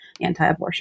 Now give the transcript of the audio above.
anti-abortion